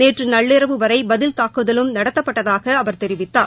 நேற்று நள்ளிரவு வரை பதில் தாக்குதலும் நடத்தப்பட்டதாக அவர் தெரிவித்தார்